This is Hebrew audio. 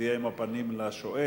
שתהיה עם הפנים לשואל.